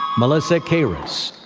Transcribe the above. melissa kairis,